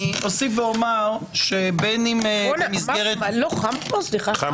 אני מבקש שבמסגרת חוות הדעת הזאת או במסגרת סקירה של